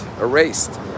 erased